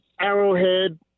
arrowhead